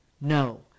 No